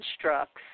constructs